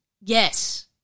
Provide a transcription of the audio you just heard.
Yes